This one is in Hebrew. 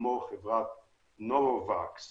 כמו חברת נובה-ווקס